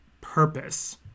purpose